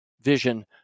vision